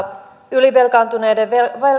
ylivelkaantuneiden